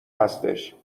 هستش